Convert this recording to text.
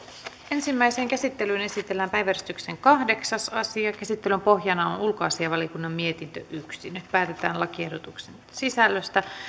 ensimmäiseen käsittelyyn esitellään päiväjärjestyksen kahdeksas asia käsittelyn pohjana on on ulkoasiainvaliokunnan mietintö yksi nyt päätetään lakiehdotuksen sisällöstä